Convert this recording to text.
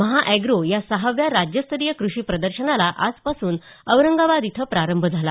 महाअग्रो या सहाव्या राज्यस्तरीय क्रषी प्रदर्शनाला आजपासून औरंगाबाद इथं प्रारंभ झाला